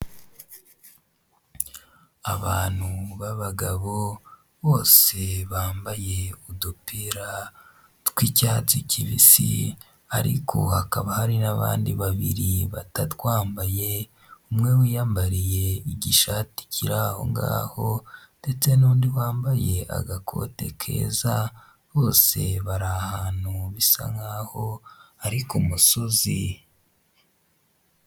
Abantu b'abagabo bose bambaye udupira tw'icyatsi kibisi ariko hakaba hari n'abandi babiri batatwambaye umwe wiyambariye igishati kirahongaho ndetse n'undi wambaye agakote keza bose bari ahantu bisa nkaho ari k'umusozi